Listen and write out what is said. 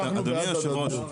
אדוני יושב הראש.